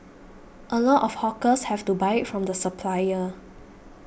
a lot of hawkers have to buy it from the supplier